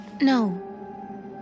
No